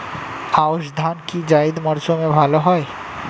আউশ ধান কি জায়িদ মরসুমে ভালো হয়?